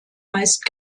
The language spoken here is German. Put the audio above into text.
meist